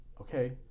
okay